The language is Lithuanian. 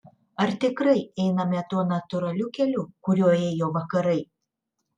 ar tikrai einame tuo natūraliu keliu kuriuo ėjo vakarai